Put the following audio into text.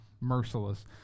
merciless